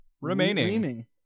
remaining